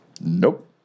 Nope